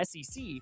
SEC